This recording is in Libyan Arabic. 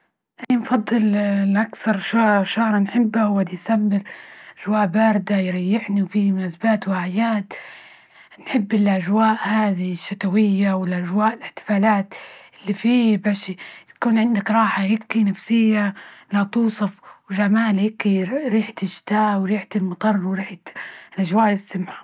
نفضل الأكثر شهر نحبها، هو ديسمبر جواه باردة يريحني، وفيه مناسبات وأعياد. نحب الأجواء هادي الشتوية والأجواء الاحتفالات إللي فيه بش يكون عندك راحة هيكي نفسية لا توصف، وجمال هيكي ريحة الشتا وريحة المطر، وريحة الأجواء السمحة.